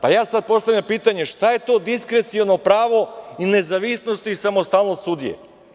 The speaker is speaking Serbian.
Sada postavljam pitanje, šta je to diskreciono opravo i nezavisnost i samostalnost sudije?